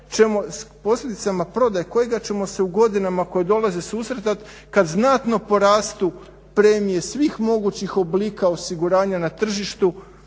posljedicama prodaje kojega ćemo se u godinama koje dolaze susretati kad znatno porastu premije svih mogućih oblika osiguranja na tržištu